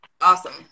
Awesome